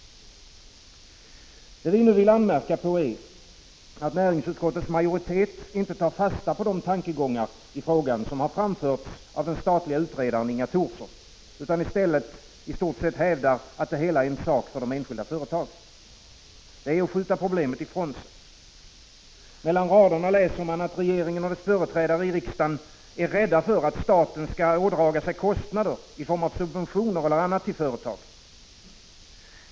Det vi nu vill anmärka på är, att näringsutskottets majoritet inte tar fasta på de tankegångar i frågan som har framförts av den statliga utredaren Inga Thorsson, utan i stället i stort sett hävdar att det hela är en sak för de enskilda företagen. Detta är att skjuta problemet ifrån sig. Mellan raderna läser man att regeringen och dess företrädare i riksdagen är rädda för att staten skall ådraga sig kostnader i form av subventioner eller annat till företagen.